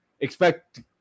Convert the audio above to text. expect